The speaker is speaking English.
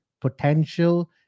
potential